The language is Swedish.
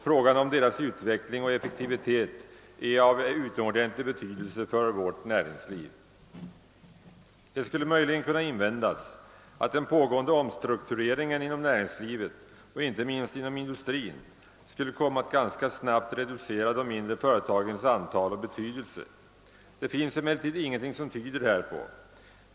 Frågan om deras utveckling och effektivitet är av utomordentlig vikt för vårt näringsliv. Det skulle möjligen kunna invändas att den pågående omstruktureringen inom näringslivet, inte minst inom industrin, mycket snabbt skulle kunna reducera de mindre företagens antal och betydelse. Det finns emellertid ingenting som tyder härpå.